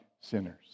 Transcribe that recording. sinners